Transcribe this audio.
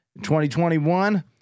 2021